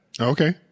okay